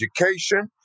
education